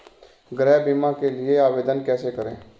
गृह बीमा के लिए आवेदन कैसे करें?